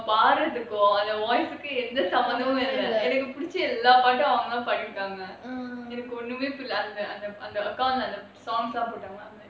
பாடுறதுக்கும்:paadurathukum voice கும் எந்த சம்மந்தமுமே இல்ல எனக்கு ஒண்ணுமே புரியல எனக்கு பிடிச்ச:kum entha sammanthamae illa enakku onnumae puriyala enakku pidicha songs எல்லாமே அவங்க தான் போட்ருக்காங்க:ellame avanga than potrukaanga